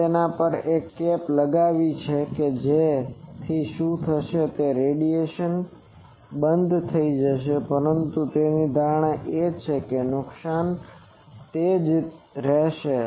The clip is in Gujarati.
તમે તેના પર એક કેપ લગાવી કે જેથી શું થશે રેડિયેશન બંધ થઈ જશે પરંતુ તેની ધારણા છે કે નુકસાન તે જ રહેશે